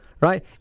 right